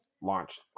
launched